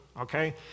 okay